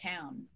town